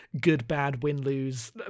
good-bad-win-lose